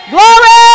Glory